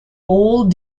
all